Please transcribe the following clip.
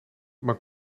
maar